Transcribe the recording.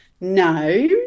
no